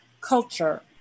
culture